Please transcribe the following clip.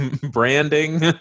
branding